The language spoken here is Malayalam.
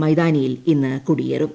മൈതാനിയിൽ ഇന്ന് കൊടിയേറും